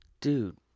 Dude